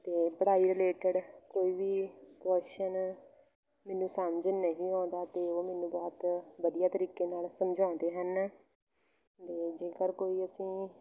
ਅਤੇ ਪੜ੍ਹਾਈ ਰਿਲੇਟਡ ਕੋਈ ਵੀ ਕੁਸ਼ਚਨ ਮੈਨੂੰ ਸਮਝਣ ਨਹੀਂ ਆਉਂਦਾ ਅਤੇ ਉਹ ਮੈਨੂੰ ਬਹੁਤ ਵਧੀਆ ਤਰੀਕੇ ਨਾਲ ਸਮਝਾਉਂਦੇ ਹਨ ਅਤੇ ਜੇਕਰ ਕੋਈ ਅਸੀਂ